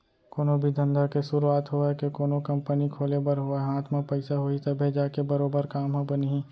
कोनो भी धंधा के सुरूवात होवय के कोनो कंपनी खोले बर होवय हाथ म पइसा होही तभे जाके बरोबर काम ह बनही